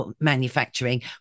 manufacturing